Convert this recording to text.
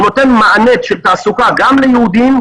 הוא נותן מענה של תעסוקה גם ליהודים,